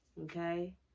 okay